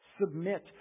submit